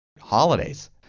Holidays